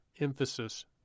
emphasis